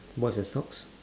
what's the socks